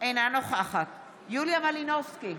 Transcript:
אינה נוכחת יוליה מלינובסקי,